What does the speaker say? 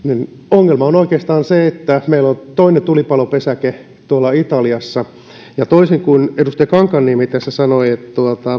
ongelma on oikeastaan se että meillä on toinen tulipalopesäke italiassa toisin kuin edustaja kankaanniemi sanoi